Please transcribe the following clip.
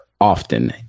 often